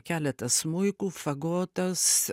keletas smuikų fagotas